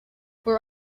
where